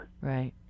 Right